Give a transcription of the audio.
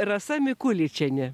rasa mikuličienė